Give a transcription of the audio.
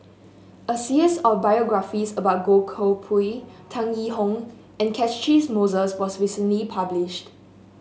a series of biographies about Goh Koh Pui Tan Yee Hong and Catchick Moses was recently published